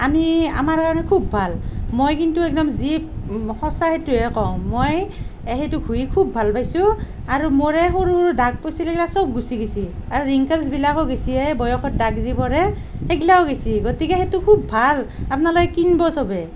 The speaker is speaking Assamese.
আমি আমাৰ কাৰণে খুব ভাল মই কিন্তু একদম যি সঁচা সেইটোহে কওঁ মই এই সেইটো ঘঁহি খুব ভাল পাইছোঁ আৰু মোৰ এই সৰু সৰু দাগ পৰিছিল সেইবিলাক চব গুচি গৈছে আৰু ৰিংকলছবিলাকো গৈছেই বয়সৰ দাগ যি পৰে সেইবিলাকো গৈছে গতিকে সেইটো খুব ভাল আপোনালোকে কিনিব চবে